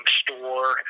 store